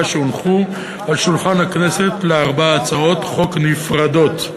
שהונחו על שולחן הכנסת לארבע הצעות חוק נפרדות: